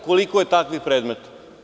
Koliko je takvih predmeta?